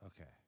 Okay